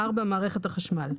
מערכת החשמל.